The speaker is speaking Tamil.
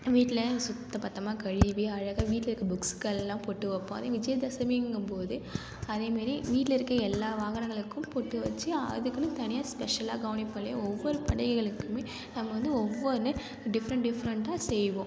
வீட்டில் சுத்தப்பத்தமாக கழுவி அழகாக வீட்டில் இருக்கற புக்ஸுக்கெல்லாம் பொட்டு வைப்போம் அதே விஜயதசமிங்கும் போது அதேமாரி வீட்டில் இருக்கற எல்லா வாகனங்களுக்கும் பொட்டு வச்சு அதுக்குன்னு தனியாக ஸ்பெஷலாக கவனிப்போம் இல்லையாக ஒவ்வொரு பண்டிகைகளுக்குமே நம்ம வந்து ஒவ்வொன்று டிஃப்ரெண்ட் டிஃப்ரெண்ட்டாக செய்வோம்